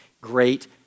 great